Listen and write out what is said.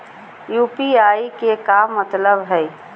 UPI के का मतलब हई?